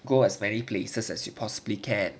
go as many places as you possibly can